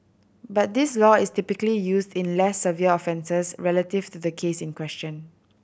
but this law is typically used in less severe offences relative to the case in question